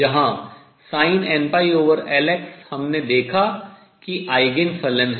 जहां sin nπLx हमने देखा कि आयगेन फलन हैं